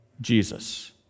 Jesus